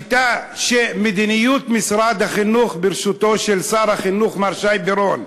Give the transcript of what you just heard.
האם בשיטה של משרד החינוך בראשותו של שר החינוך מר שי פירון,